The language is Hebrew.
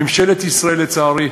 ממשלת ישראל, לצערי,